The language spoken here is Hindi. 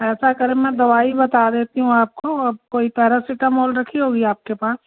ऐसा करें मैं दवाई बता देती हूँ आपको आप कोई पैरासिटामोल रखी होगी आपके पास